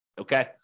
Okay